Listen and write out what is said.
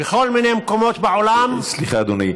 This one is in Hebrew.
בכל מיני מקומות בעולם, סליחה, אדוני.